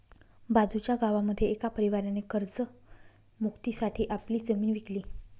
बाजूच्या गावामध्ये एका परिवाराने कर्ज मुक्ती साठी आपली जमीन विकली